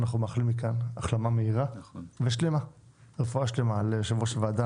אנחנו מאחלים מכאן החלמה מהירה ורפואה שלמה ליושב ראש הוועדה